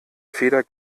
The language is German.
feder